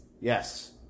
Yes